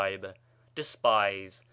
Despise